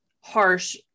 harsh